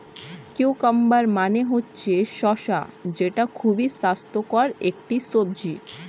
cucumber মানে হচ্ছে শসা যেটা খুবই স্বাস্থ্যকর একটি সবজি